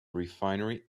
refinery